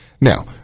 Now